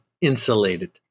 insulated